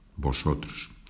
Vosotros